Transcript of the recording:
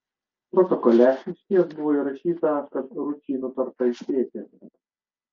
protokole išties buvo įrašyta kad ručį nutarta įspėti